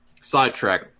Sidetrack